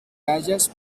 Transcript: hayas